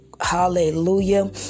Hallelujah